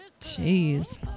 Jeez